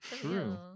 True